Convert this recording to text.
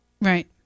right